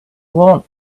want